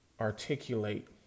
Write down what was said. articulate